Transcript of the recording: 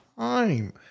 time